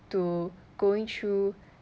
to going through